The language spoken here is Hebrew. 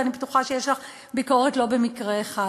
ואני בטוחה שיש לך ביקורת לא במקרה אחד.